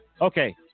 Okay